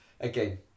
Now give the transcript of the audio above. again